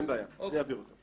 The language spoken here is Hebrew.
אין בעיה, אני אעביר אותו.